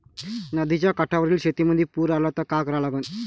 नदीच्या काठावरील शेतीमंदी पूर आला त का करा लागन?